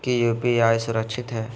की यू.पी.आई सुरक्षित है?